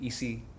EC